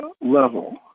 level